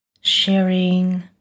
sharing